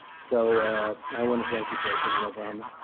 so i want to thank you, president obama.